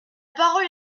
parole